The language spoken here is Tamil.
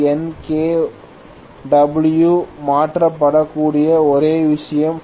44f ΦNkw மாற்றப்படக்கூடிய ஒரே விஷயம் Φ